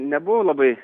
nebuvau labai